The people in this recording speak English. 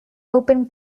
open